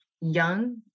young